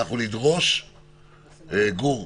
גור,